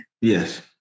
Yes